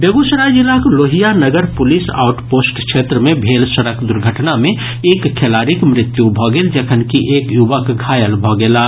बेगूसराय जिलाक Lohia Nagar police outpost क्षेत्र मे भेल सड़क दुर्घटना मे एक खेलाड़ीक मृत्यु भऽ गेल जखनकि एक युवक घायल भऽ गेलाह